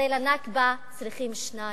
הרי ל"נכבה" צריכים שניים,